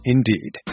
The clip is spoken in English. Indeed